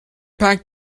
packed